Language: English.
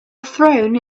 throne